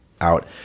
out